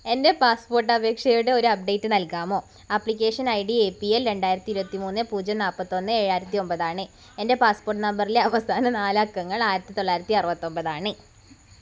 എൻ്റെ പാസ്പോർട്ട് അപേക്ഷയുടെ ഒരു അപ്ഡേറ്റ് നൽകാമോ application ID A P L എൽ രണ്ടായിരത്തി ഇരുപത്തിമൂന്ന് പൂജ്യം നാൽപ്പത്തൊന്ന് ഏഴായിരത്തി ഒമ്പതാണ് എൻ്റെ പാസ്പോർട്ട് നമ്പറിലെ അവസാന നാലക്കങ്ങൾ ആയിരത്തി തൊള്ളായിരത്തി അറുപത്തൊമ്പതാണ്